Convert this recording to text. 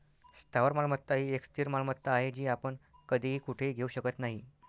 स्थावर मालमत्ता ही एक स्थिर मालमत्ता आहे, जी आपण कधीही कुठेही घेऊ शकत नाही